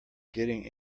getting